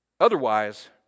Otherwise